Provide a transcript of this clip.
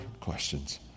questions